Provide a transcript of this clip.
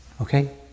Okay